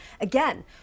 Again